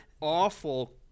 awful